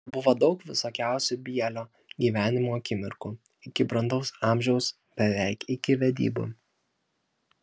dar buvo daug visokiausių bielio gyvenimo akimirkų iki brandaus amžiaus beveik iki vedybų